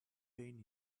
pain